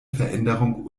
veränderungen